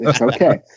okay